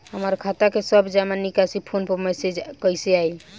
हमार खाता के सब जमा निकासी फोन पर मैसेज कैसे आई?